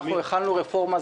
הכנו רפורמה,